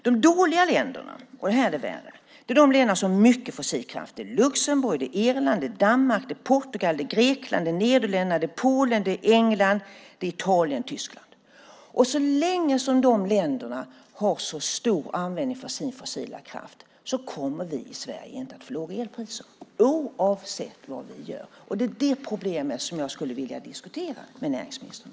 De dåliga länderna, och här är det värre, är de som har mycket fossil kraft. Det handlar om Luxemburg, Irland, Danmark, Portugal, Grekland, Nederländerna, Polen, England, Italien och Tyskland. Så länge dessa länder har så stor användning för sin fossila kraft kommer vi i Sverige inte att få låga elpriser, oavsett vad vi gör. Det är det problemet jag skulle vilja diskutera med näringsministern.